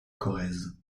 corrèze